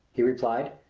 he replied.